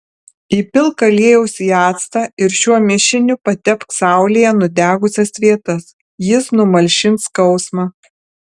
įpilk aliejaus į actą ir šiuo mišiniu patepk saulėje nudegusias vietas jis numalšins skausmą